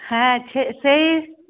হ্যাঁ সে সেই